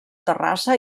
terrassa